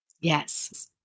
Yes